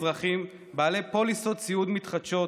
אזרחים בעלי פוליסות סיעוד מתחדשות,